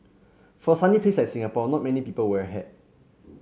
for a sunny place like Singapore not many people wear a hat